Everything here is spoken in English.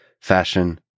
fashion